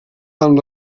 amb